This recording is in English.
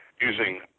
using